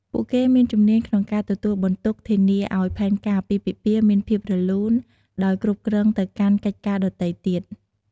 ពួកគេមានជំនាញក្នុងការទទួលបន្ទុក ធានាឲ្យផែនការអាពាហ៍ពិពាហ៍មានភាពរលូន ដោយគ្រប់គ្រងទៅកាន់កិច្ចការដទៃទៀត។